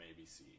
ABC